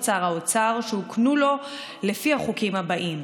שר האוצר שהוקנו לו לפי החוקים האלה: